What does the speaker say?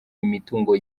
imitungo